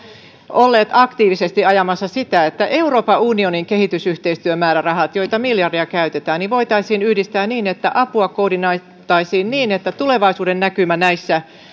olleet aktiivisesti ajamassa sitä että euroopan unionin kehitysyhteistyömäärärahat joita miljardeja käytetään voitaisiin yhdistää niin että apua koordinoitaisiin niin että tulevaisuudennäkymä näissä